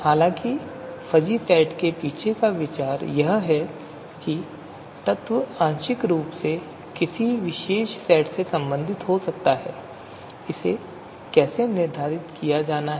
हालाँकि fuzzy set के पीछे का विचार यह है कि तत्व आंशिक रूप से किसी विशेष सेट से संबंधित हो सकता है और इसे कैसे निर्धारित किया जाना है